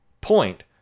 point